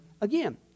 again